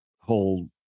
whole